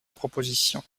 proposition